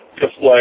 display